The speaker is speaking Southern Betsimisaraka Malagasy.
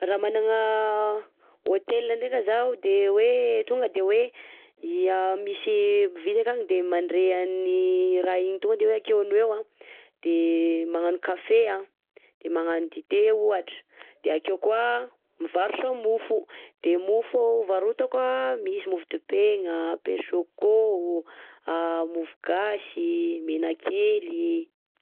Raha managna hôtely ndreka zaho de hoe tonga de hoe i a misy mpividy akagny de mandre an'ny raha igny tonga de hoe akeo ny eo an: de magnano kafe, de magnano dité ohatra, de akeo koà mivarotra mofo de mofo varotako an misy mofo dipegna, pain choco, a mofo gasy, menakely.